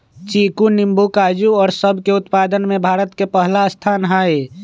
चीकू नींबू काजू और सब के उत्पादन में भारत के पहला स्थान हई